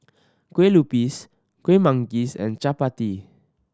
Kueh Lupis Kueh Manggis and Chappati